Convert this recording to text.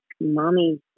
mommy